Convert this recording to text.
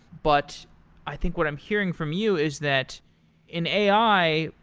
but i think what i'm hearing from you is that in a i,